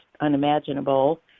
unimaginable